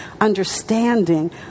understanding